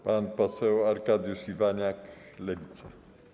Pan poseł Arkadiusz Iwaniak, Lewica.